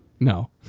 No